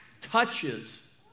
touches